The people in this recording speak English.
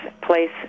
place